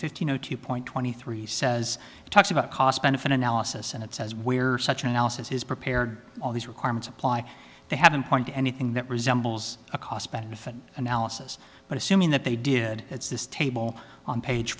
fifteen point twenty three says it talks about cost benefit analysis and it says where such an analysis is prepared all these requirements apply they haven't point to anything that resembles a cost benefit analysis but assuming that they did it's this table on page